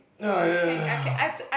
ah ya